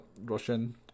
Russian